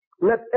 let